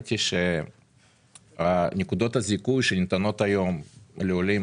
ראיתי שנקודות הזיכוי שניתנות היום לעולים